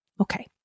okay